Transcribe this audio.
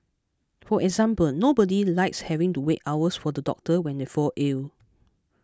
for example nobody likes having to wait hours for the doctor when they fall ill